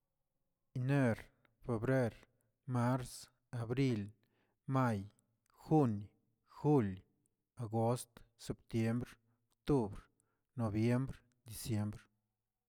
Ener, febrer, mars, abril, may, juni, juli, agost, septiembr, aoctubr, noviembr, diciembr.